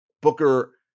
booker